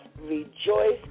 rejoice